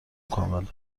کامله